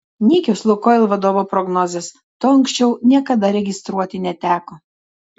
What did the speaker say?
nykios lukoil vadovo prognozės to anksčiau niekada registruoti neteko